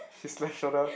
his left shoulder